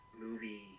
movie